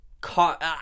caught